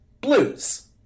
blues